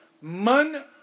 Man